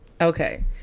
Okay